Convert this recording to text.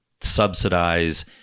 subsidize